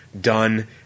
done